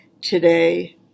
today